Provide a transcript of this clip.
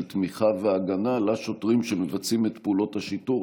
תמיכה והגנה לשוטרים שמבצעים את פעולות השיטור.